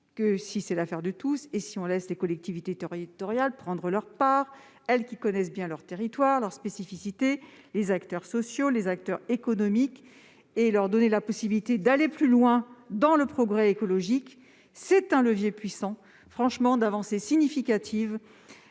devient l'affaire de tous et si on laisse les collectivités territoriales prendre leur part. Les élus locaux connaissent bien leur territoire, ses spécificités, ainsi que les acteurs sociaux et économiques. Leur donner la possibilité d'aller plus loin dans le progrès écologique est un levier puissant, porteur d'avancées significatives.